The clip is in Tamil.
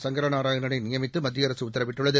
சங்கரநாராயணனை நியமித்து மத்திய அரசு உத்தரவிட்டுள்ளது